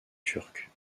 turques